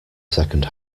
second